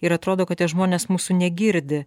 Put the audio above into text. ir atrodo kad tie žmonės mūsų negirdi